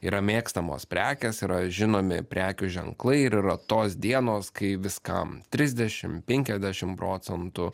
yra mėgstamos prekės yra žinomi prekių ženklai ir yra tos dienos kai viskam trisdešimt penkiasdešimt procentų